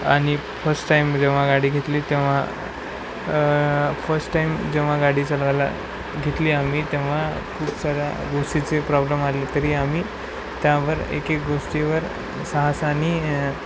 आणि first time जेव्हा गाडी घेतली तेव्हा फस्ट टाईम जेव्हा गाडी चालवायला घेतली आम्ही तेव्हा खूप साऱ्या गोष्टीचे प्रॉब्लम आले तरी आम्ही त्यावर एक एक गोष्टीवर सहसानी